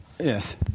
Yes